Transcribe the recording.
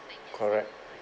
correct